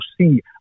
see